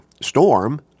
storm